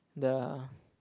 the